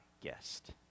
guest